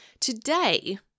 Today